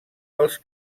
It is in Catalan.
pels